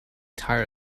tired